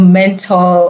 mental